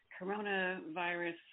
coronavirus